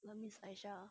I miss aisah